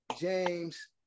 James